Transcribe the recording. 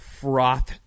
froth